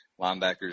Linebackers